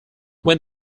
when